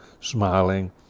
smiling